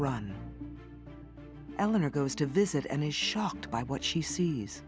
run eleanor goes to visit and is shocked by what she sees